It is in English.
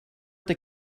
that